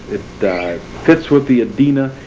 it fits with the adena,